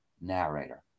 narrator